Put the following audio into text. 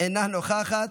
אינה נוכחת,